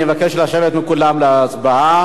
אני מבקש מכולם לשבת להצבעה.